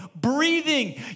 breathing